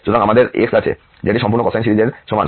সুতরাং আমাদের x আছে যেটি সম্পূর্ণ কোসাইন সিরিজের সমান